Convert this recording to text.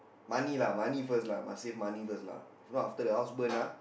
money lah money first lah must save money first lah if not after the house burn ah